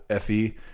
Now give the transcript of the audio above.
fe